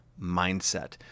mindset